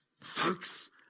Folks